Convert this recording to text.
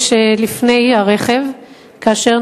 קודם כול, אני עובד ומטפל אך ורק בהתאם לחוק.